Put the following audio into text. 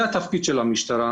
זה התפקיד של המשטרה.